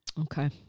Okay